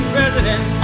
President